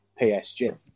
PSG